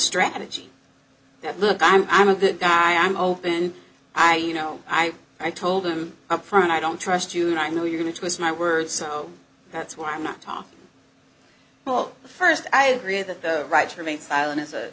strategy that look i'm i'm a good guy i'm open i you know i i told him upfront i don't trust you and i know you're going to twist my words so that's why i'm not talking well first i agree that the right to remain silent